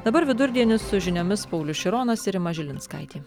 dabar vidurdienis su žiniomis paulius šironas ir rima žilinskaitė